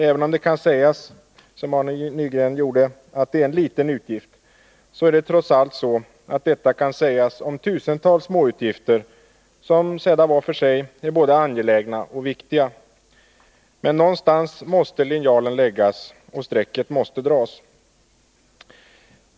Även om man, som Arne Nygren gjorde, kan säga att det är en liten utgift, är det trots allt så att detta kan sägas om tusentals småutgifter som, sedda var för sig, är både angelägna och viktiga. Någonstans måste linjalen läggas och strecket dras.